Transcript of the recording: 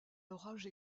l’orage